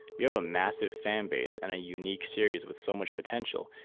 you have a massive fan base, and a unique series with so much potential.